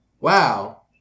wow